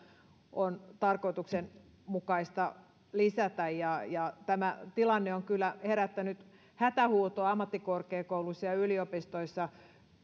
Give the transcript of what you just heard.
on tarkoituksenmukaista lisätä ja ja tämä tilanne on kyllä herättänyt hätähuutoa ammattikorkeakouluissa ja yliopistoissa